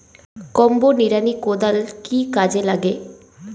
Combo নিড়ানি কোদাল কি কাজে লাগে?